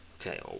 Okay